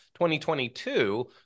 2022